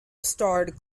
starred